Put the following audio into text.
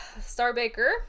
Starbaker